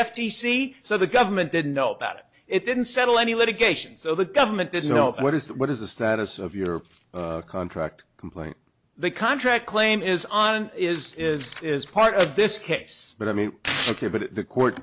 c so the government didn't know about it it didn't settle any litigation so the government didn't know what is that what is the status of your contract complaint the contract claim is on is is is part of this case but i mean ok but the court